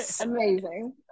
amazing